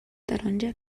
taronja